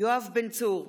יואב בן צור,